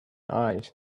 eyes